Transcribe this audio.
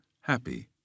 Happy